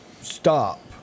stop